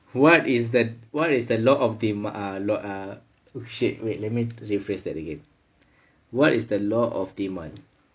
what is the what is the law of the a lot of shit wait let me rephrase that again what is the law of demand